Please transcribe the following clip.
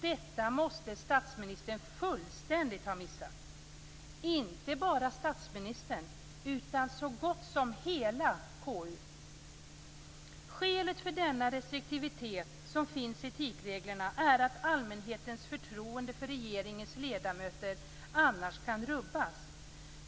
Detta måste statsministern fullständigt ha missat och inte bara statsministern utan så gott som hela KU. Skälet för denna restriktivitet som finns i etikreglerna är att allmänhetens förtroende för regeringens ledamöter annars kan rubbas.